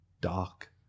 dark